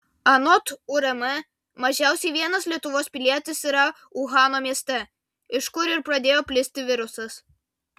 anot urm mažiausiai vienas lietuvos pilietis yra uhano mieste iš kur ir pradėjo plisti virusas